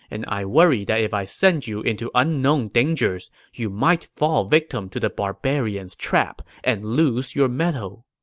and i worry that if i send you into unknown dangers, you might fall victim to the barbarians' trap and lose your mettle.